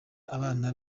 abana